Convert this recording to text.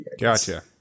Gotcha